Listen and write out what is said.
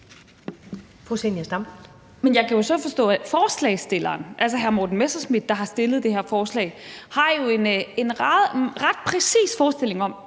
jeg kan jo så forstå, at forslagsstilleren, altså hr. Morten Messerschmidt, der har fremsat det forslag, jo har en ret præcis forestilling om,